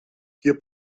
hier